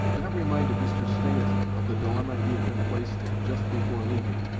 that reminded mr. stanton of the dilemma he had been placed in, just before leaving,